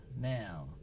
Now